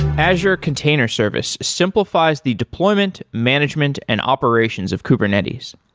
azure container service simplifies the deployment, management and operations of kubernetes.